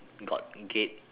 got gate